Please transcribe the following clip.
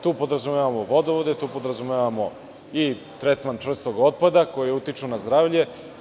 Tu podrazumevamo vodovod, tu podrazumevamo i tretman čvrstog otpada koji utiču na zdravlje.